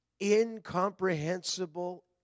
incomprehensible